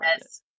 Yes